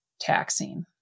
taxing